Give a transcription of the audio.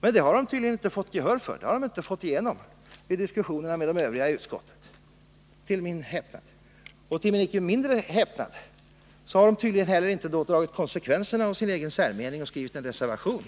Men denna ståndpunkt har de till min häpnad tydligen inte fått gehör för hos övriga utskottsledamöter. Till min likaledes stora häpnad har de inte heller dragit konsekvenserna av sin särmening och skrivit en reservation.